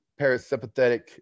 parasympathetic